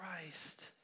Christ